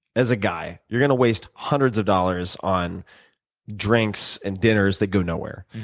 as a guy, you're gonna waste hundreds of dollars on drinks and dinners that go nowhere,